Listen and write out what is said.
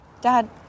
Dad